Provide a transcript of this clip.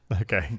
Okay